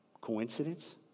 Coincidence